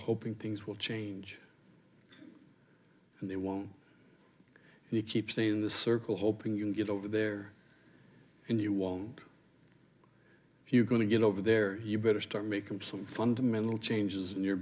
hoping things will change and they won't and you keep saying the circle hoping you can get over there and you won't if you're going to get over there you better start make them some fundamental changes in your